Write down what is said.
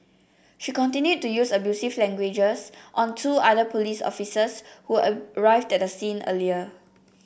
she continued to use abusive language on two other police officers who arrived at the scene earlier